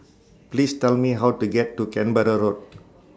Please Tell Me How to get to Canberra Road